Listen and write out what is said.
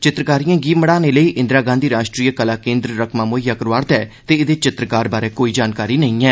चित्रकारिए गी मड़ाने लेई इंदिरा गांधी राश्ट्रीय कला केन्द्र रमा मुहैआ करोआ'रदा ऐ ते एह्दे चित्रकार बारे कोई पता नेई ऐ